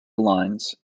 lines